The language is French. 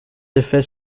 effet